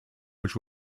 which